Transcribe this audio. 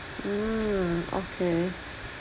mm okay